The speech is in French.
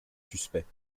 suspects